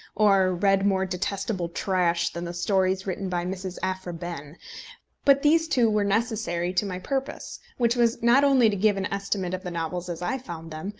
or read more detestable trash than the stories written by mrs. aphra behn but these two were necessary to my purpose, which was not only to give an estimate of the novels as i found them,